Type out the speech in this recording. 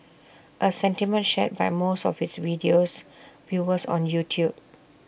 A sentiment shared by most of its video's viewers on YouTube